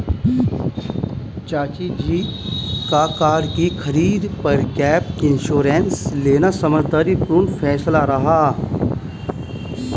चाचा जी का कार की खरीद पर गैप इंश्योरेंस लेना समझदारी पूर्ण फैसला रहा